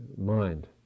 mind